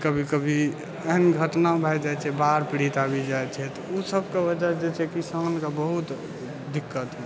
तऽ कभी कभी एहन घटना भए जाइत छै बाढ़ पीड़ित आबि जाइत छै ओ सबके वजह से जे छै किसानके बहुत दिक्कत